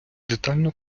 детально